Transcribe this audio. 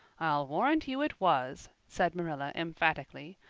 i'll warrant you it was, said marilla emphatically.